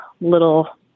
little